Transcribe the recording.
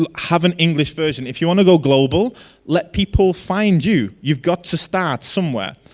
ah have an english version, if you wanna go global let people find you. you've got to start somewhere.